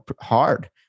hard